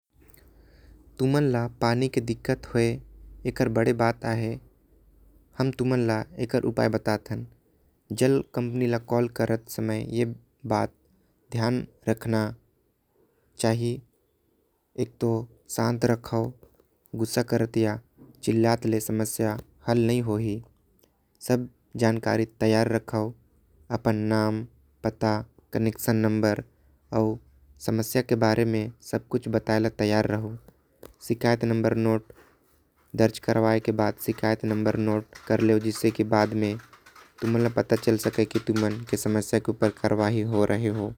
तुमन ला पानी की दिक्क़त हम तुमन ला एकर उपाय बताथन। जल कम्पनी के कॉल करथ समय ध्यान रखना चाहि। एक तो शांत रहो अपन नाम कनेक्शन नंबर पता अउ। समस्या के बारे में बतावा और शिकायत देहे। के बाद शिकायत नंबर और पावती लेहेबर न भूले।